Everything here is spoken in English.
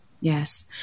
Yes